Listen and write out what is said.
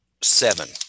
seven